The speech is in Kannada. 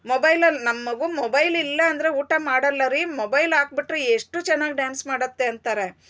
ಮೊಬೈಲಲ್ ನಮ್ ಮಗು ಮೊಬೈಲ್ ಇಲ್ಲಾಂದ್ರೆ ಊಟ ಮಾಡಲ್ಲರಿ ಮೊಬೈಲ್ ಹಾಕ್ಬಿಟ್ರೆ ಎಷ್ಟು ಚೆನ್ನಾಗ್ ಡ್ಯಾನ್ಸ್ ಮಾಡುತ್ತೆ ಅಂತಾರೆ